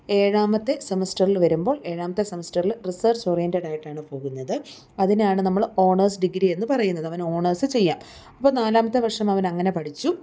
ഏഴാമത്തെ സെമസ്റ്ററിൽ വരുമ്പോൾ ഏഴാമത്തെ സെമസ്റ്ററിൽ റിസെർച്ച് ഓറിയൻ്റഡ് ആയിട്ടാണ് പോകുന്നത് അതിനാണ് നമ്മൾ ഓണേഴ്സ് ഡിഗ്രി എന്ന് പറയുന്നത് അവന് ഓണേഴ്സ് ചെയ്യാം അപ്പം നാലാമത്തെ വർഷം അവൻ അങ്ങനെ പഠിച്ചു